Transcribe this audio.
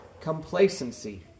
complacency